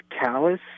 callous